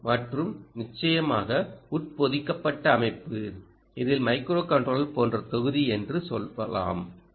ஓ மற்றும் நிச்சயமாக உட்பொதிக்கப்பட்ட அமைப்பு இதில் மைக்ரோகண்ட்ரோலர் போன்ற தொகுதி என்று சொல்லலாம்